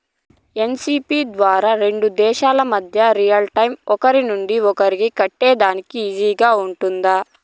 NCPI ద్వారా రెండు దేశాల మధ్య రియల్ టైము ఒకరి నుంచి ఒకరికి కట్టేదానికి ఈజీగా గా ఉంటుందా?